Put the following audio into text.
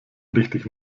richtig